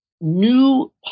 new